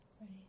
Right